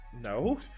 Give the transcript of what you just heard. No